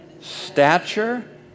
stature